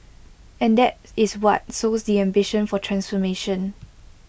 and that is what sows the ambition for transformation